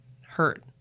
hurt